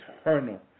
eternal